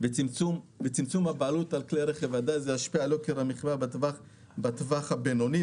וצמצום הבעלות על כלי רכב זה ישפיע על יוקר המחיה בטווח הבינוני,